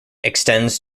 extends